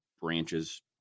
branches